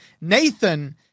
Nathan